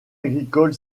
agricole